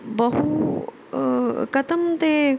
बहु कथं ते